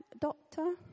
doctor